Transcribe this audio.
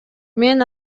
мен